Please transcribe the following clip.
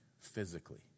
physically